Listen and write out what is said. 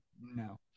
No